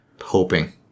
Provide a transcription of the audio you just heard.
hoping